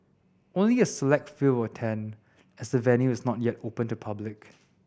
only a select few will attend as the venue is not yet open to public